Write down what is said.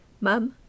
Mum